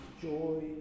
joy